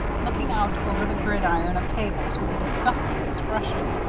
looking out over the gridiron of tables with a disgusted expression.